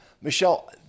Michelle